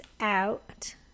out